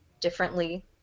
differently